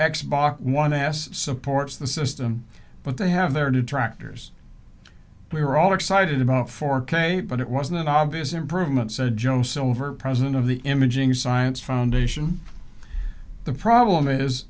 x box one s supports the system but they have their detractors we were all excited about four k but it wasn't obvious improvement said joe silver president of the imaging science foundation the problem is